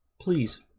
Please